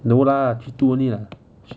no lah she two only lah